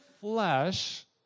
flesh